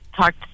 talked